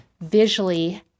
visually